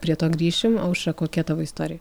prie to grįšim aušra kokia tavo istorija